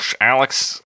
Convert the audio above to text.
alex